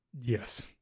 yes